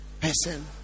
person